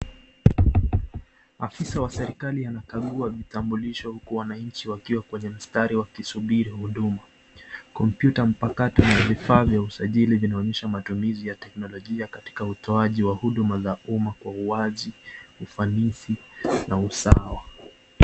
Afisa wa serikali anakagua vitambulisho huku wananchi wakiwa kwenye mstari wakisubiri huduma, kompyuta mpakato na vifaa vya usajili vinaonyesha matumizi ya teknolojia katika utoaji wa huduma za umma kwa uwazi, ufanisi na usawa.